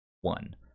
one